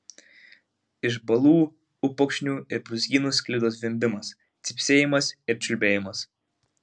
iš balų upokšnių ir brūzgynų sklido zvimbimas cypsėjimas ir čiulbėjimas